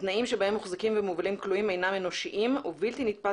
התנאים שבהם מוחזקים ומובלים כלואים אינם אנושיים ובלתי נתפס